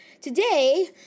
today